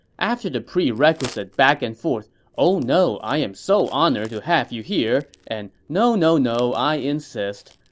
after the prerequisite back-and-forth oh no, i am so honored to have you here and no no no, i insist,